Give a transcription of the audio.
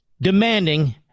demanding